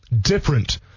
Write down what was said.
different